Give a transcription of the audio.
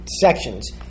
sections